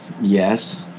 yes